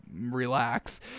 relax